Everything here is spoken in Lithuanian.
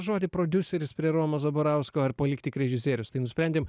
žodį prodiuseris prie romo zabarausko ar palikt tik režisierius tai nusprendėm